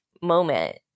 moment